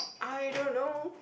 I don't know